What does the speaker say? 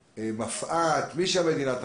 מפא"ת מי שהמדינה תחליט.